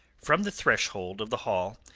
from the threshold of the hall,